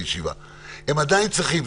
הם עדיין צריכים.